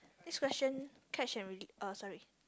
this question catch already uh sorry